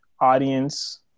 audience